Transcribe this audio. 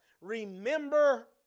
Remember